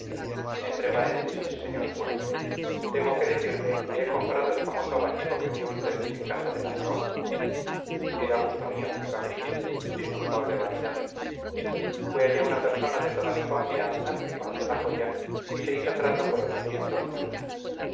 entre paréntesis señor cura tengo que decirle que he comprado el famoso abanico que vio usted en casa de la zahón era gusto mío capricho disculpable vanidad fue allá una persona de toda mi confianza que conoce la joya y se hizo trato por ochocientos duros